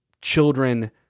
children